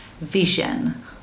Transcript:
vision